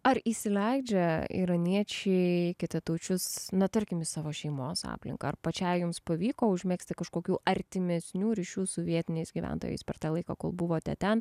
ar įsileidžia iraniečiai kitataučius na tarkim į savo šeimos aplinką ar pačiai jums pavyko užmegzti kažkokių artimesnių ryšių su vietiniais gyventojais per tą laiką kol buvote ten